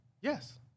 Yes